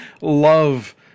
love